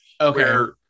Okay